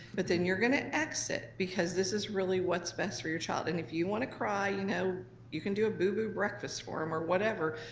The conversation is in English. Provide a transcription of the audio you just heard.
but then you're gonna exit, because this is really what's best for your child. and if you wanna cry, you know you can do a boo-boo breakfast for em, or whatever.